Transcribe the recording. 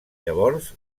llavors